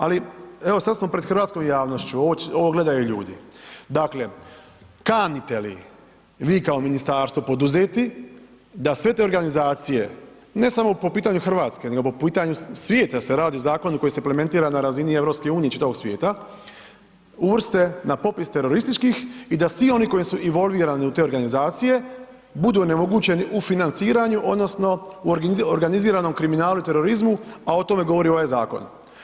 Ali evo sad smo pred hrvatskom javnošću, ovo gledaju ljudi, dakle, kanite li vi kao ministarstvo poduzeti da sve te organizacije ne samo po pitanju Hrvatske nego po pitanju svijeta jer se radi o zakonu koji se plementira na razini EU i čitavog svijeta uvrste na popis terorističkih i da svi oni koji su involvirani u te organizacije budu onemogućeni u financiranju odnosno u organiziranom kriminalu i terorizmu a o tome govori ovaj zakon.